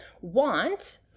want